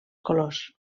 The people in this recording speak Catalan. colors